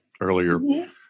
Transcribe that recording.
earlier